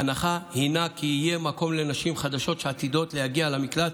ההנחה הינה כי יהיה מקום לנשים חדשות שעתידות להגיע למקלט,